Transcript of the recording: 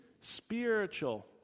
Spiritual